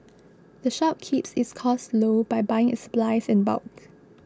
the shop keeps its costs low by buying its supplies in bulk